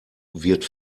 wird